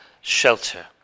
shelter